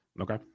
Okay